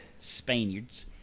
Spaniards